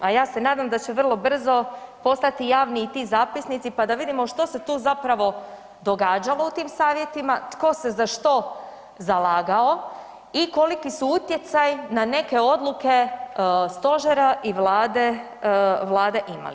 A je se nadam da će vrlo brzo postati javni i ti zapisnici, pa da vidimo što se tu zapravo događalo u tim savjetima, tko se za što zalagao i koliki su utjecaji na neke odluke stožera i Vlade imali.